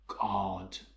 God